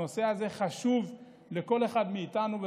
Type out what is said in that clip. הנושא הזה חשוב לכל אחד מאיתנו,